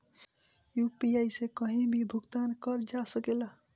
UPI से कहीं भी भुगतान कर जा सकेला?